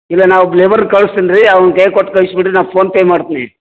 ಇಲ್ಲ ನಾವು ಒಬ್ಬ ಲೇಬರನ್ನು ಕಳಿಸ್ತೀನ್ ರೀ ಅವ್ನ ಕೈಯಾಗ್ ಕೊಟ್ಟು ಕಳಿಸ್ಬಿಡ್ರಿ ನಾವು ಪೋನ್ಪೇ ಮಾಡ್ತೀನಿ